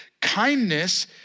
Kindness